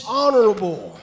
honorable